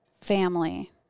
family